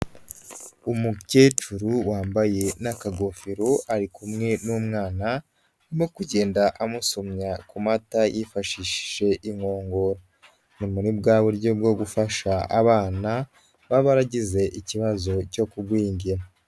Umukecuru wambaye n'akagofero ari kumwe n'umwana arimo kugenda amusomya ku mata yifashishije inkongo. Ni muri bwa buryo bwo gufasha abana, baba baragize ikibazo cyo kugwingira.